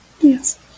Yes